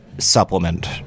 supplement